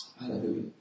Hallelujah